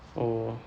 oh